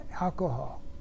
alcohol